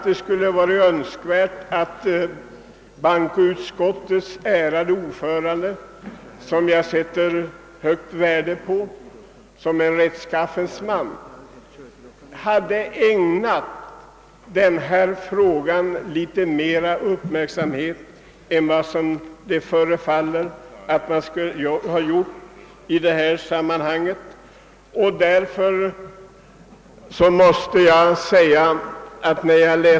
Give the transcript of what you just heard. Det skulle varit önskvärt att bankoutskottets ärade ordförande, som jag sätter högt värde på som en rättskaffens man, hade ägnat denna fråga mer uppmärksamhet än vad han förefaller ha gjort.